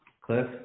Cliff